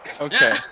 Okay